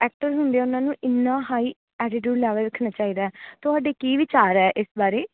actor ਹੁੰਦੇ ਉਨ੍ਹਾਂ ਨੂੰ ਇੰਨਾ ਹਾਈ ਐਟੀਟਿਊਡ ਲੈਵਲ ਰੱਖਣਾ ਚਾਹੀਦਾ ਤੁਹਾਡੇ ਕੀ ਵਿਚਾਰ ਹੈ ਇਸ ਬਾਰੇ